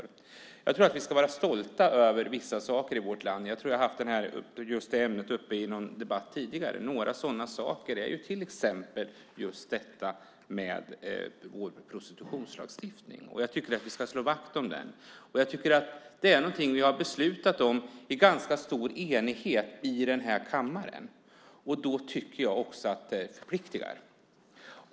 Vi ska vara stolta över vissa saker i vårt land; jag har haft uppe det ämnet i någon tidigare debatt. En sådan sak är vår prostitutionslagstiftning, som vi ska slå vakt om. Det är något vi i ganska stor enighet beslutat om i denna kammare, och det förpliktar.